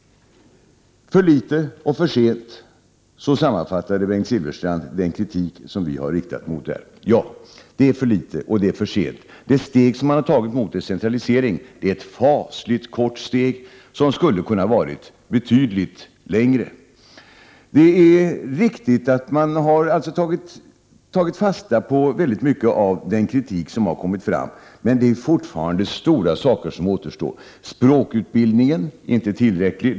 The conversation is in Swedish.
För litet och för sent — så sammanfattade Bengt Silfverstrand den kritik vi har riktat mot propositionen. Ja, det är för litet, och det är för sent. Det steg man har tagit mot decentralisering är ett fasligt kort steg, som skulle kunna varit betydligt längre. Det är riktigt att man har tagit fasta på mycket av den kritik som har kommit fram, men det är fortfarande stora saker som återstår. Språkutbildningen är inte tillräcklig.